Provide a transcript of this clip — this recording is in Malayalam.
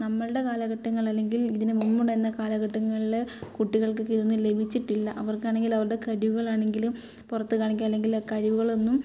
നമ്മളുടെ കാലഘട്ടങ്ങൾ അല്ലെങ്കിൽ ഇതിന് മുൻപുണ്ടായിരുന്ന കാലഘട്ടങ്ങളിൽ കുട്ടികൾക്കൊക്കെ ഇതൊന്നും ലഭിച്ചിട്ടില്ല അവർക്കാണെങ്കിൽ അവരുടെ കഴിവുകളാണെങ്കിലും പുറത്ത് കാണിക്കുക അല്ലെങ്കിൽ ആ കഴിവുകളൊന്നും